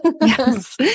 Yes